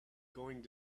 going